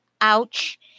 ouch